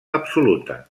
absoluta